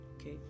okay